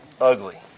ugly